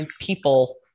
people